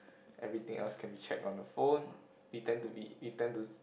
everything else can be checked on the phone we tend to be we tend to